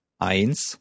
Eins